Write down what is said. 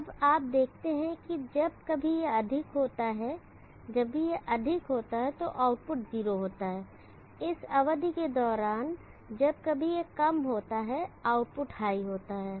अब आप देखते हैं कि जब कभी यह अधिक होता है जब भी यह अधिक होता है तो आउटपुट 0 होता है इस अवधि के दौरान जब कभी यह कम होता है आउटपुट हाई होता है